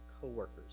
co-workers